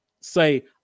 Say